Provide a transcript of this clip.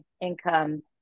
income